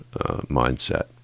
mindset